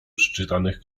przeczytanych